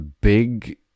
big